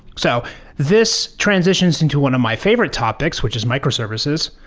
so this transitions into one of my favorite topics, which is microservices.